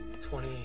twenty